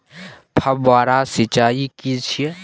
फव्वारा सिंचाई की छिये?